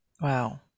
Wow